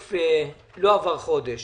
דבר ראשון, לא עבר חודש.